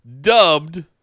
dubbed